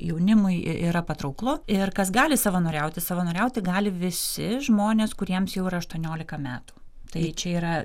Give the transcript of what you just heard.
jaunimui yra patrauklu ir kas gali savanoriauti savanoriauti gali visi žmonės kuriems jau yra aštuoniolika metų tai čia yra